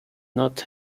not